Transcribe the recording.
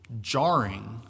jarring